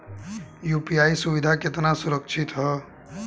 UPI सुविधा केतना सुरक्षित ह?